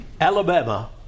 Alabama